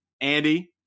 andy